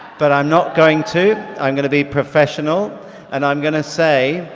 but i'm not going to, i'm going to be professional and i'm going to say